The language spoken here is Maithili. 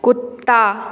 कुत्ता